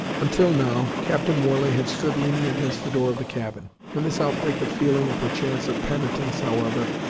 until now, captain warley had stood leaning against the door of the cabin when this outbreak of feeling, and perchance of penitence, however,